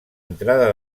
entrada